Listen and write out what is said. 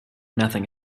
nothing